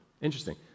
Interesting